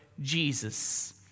Jesus